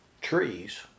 trees